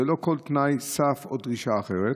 ללא כל תנאי סף או דרישה אחרת.